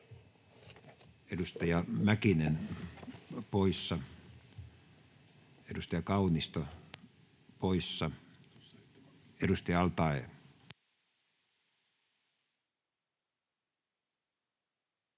Edustaja Mäkinen poissa, edustaja Kaunisto poissa. — Edustaja al-Taee.